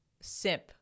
simp